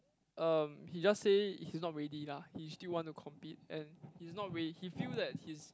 um he just say he's not ready lah he still want to compete and he's not ready he feel that he's